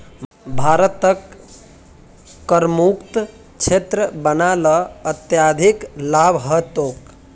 भारतक करमुक्त क्षेत्र बना ल अत्यधिक लाभ ह तोक